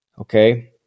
Okay